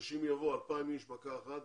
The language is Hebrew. אנשים יבואו, יבואו